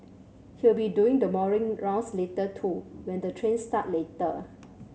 he'll be doing the morning rounds later too when the trains start later